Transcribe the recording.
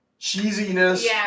cheesiness